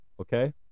okay